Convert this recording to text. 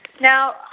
Now